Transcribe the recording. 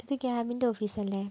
ഇത് ക്യാബിൻ്റെ ഓഫീസ് അല്ലേ